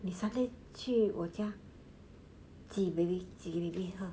你 sunday 去我家挤给 baby 喝